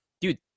dude